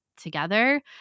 together